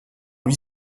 lui